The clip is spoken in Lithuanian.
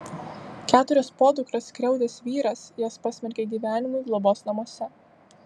keturias podukras skriaudęs vyras jas pasmerkė gyvenimui globos namuose